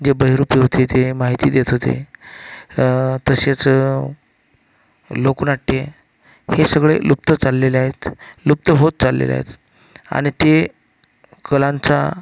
जे बहुरूपी होते ते माहिती देत होते तसेच लोकनाट्य हे सगळे लुप्त चाललेले आहेत लुप्त होत चाललेले आहेत आणि ते कलांचा